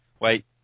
Wait